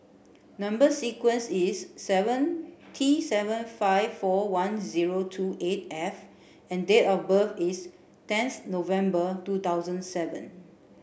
number sequence is seven T seven five four one zero two eight F and date of birth is tenth November two thousand seven